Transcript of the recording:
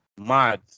mad